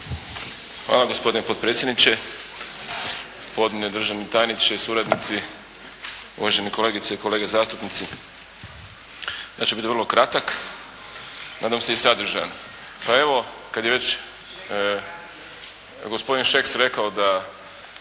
Hvala gospodine potpredsjedniče, gospodine državni tajniče, suradnici, uvaženi kolegice i kolege zastupnici. Ja ću biti vrlo kratak, nadam se i sadržajan. Pa evo, kad je već gospodin Šeks rekao da